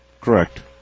Correct